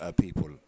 people